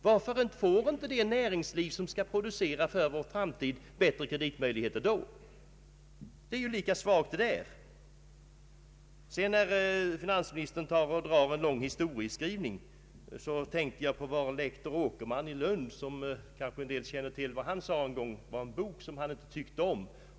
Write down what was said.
Varför får inte det näringsliv som skall producera för vår framtid bättre kreditmöjligheter? Hans anförande är ju lika svagt på den punkten. När finansministern sedan gjorde en lång historieskrivning, tänkte jag på vad lektor Åkerman i Lund, som kanske en del känner till, sade en gång om en bok som han inte tyckte om.